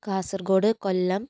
Kasaragod Kollam